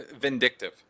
vindictive